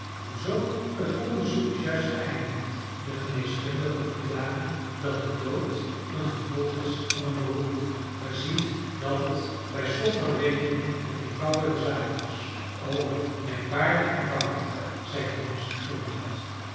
hoezoo het onderzoek is juist geëindigd de geneeskundigen verklaren dat de dood een gevolg is van een beroerte gij ziet dat het bij slot van rekening een eenvoudige zaak was illustratie gij ziet dat het bij slot van rekening een eenvoudige zaak is o merkwaardig eenvoudig zei holmes glimlachend